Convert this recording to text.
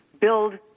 build